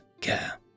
care